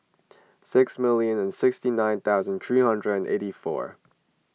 six million and sixty nine thousand three hundred and eighty four